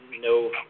No